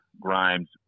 Grimes